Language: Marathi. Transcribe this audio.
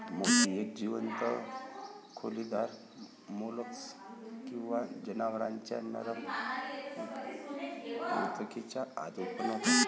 मोती एक जीवंत खोलीदार मोल्स्क किंवा जनावरांच्या नरम ऊतकेच्या आत उत्पन्न होतो